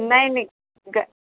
नाही नाही ग